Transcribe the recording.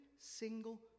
single